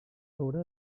haurà